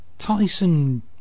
Tyson